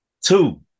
Two